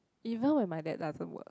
even when my dad doesn't work